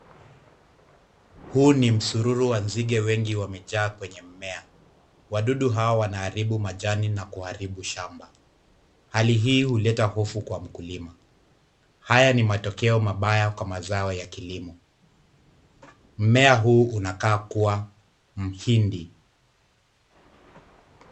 Huu ni msururu wa nzige wengi wamejaa kwenye mmea. Wadudu hawa wanaharibu majani na kuharibu shamba. Hali hii huleta hofu kwa mkulima. Haya ni matokeo mabaya kwa mazao ya kilimo. Mmea huu unakaa kuwa mhindi.